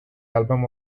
album